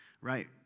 right